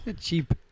Cheap